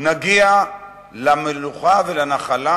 נגיע למנוחה ולנחלה,